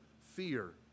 fear